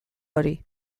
hori